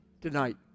tonight